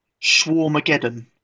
Schwarmageddon